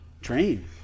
train